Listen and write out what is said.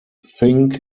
think